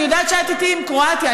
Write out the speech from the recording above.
אני יודעת שאת איתי עם קרואטיה.